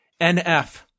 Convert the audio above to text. NF